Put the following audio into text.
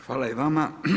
Hvala i vama.